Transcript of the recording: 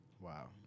Wow